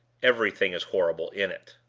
everything is horrible in it.